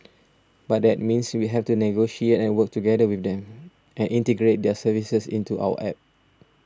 but that means we have to negotiate and work together with them and integrate their services into our App